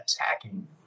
attacking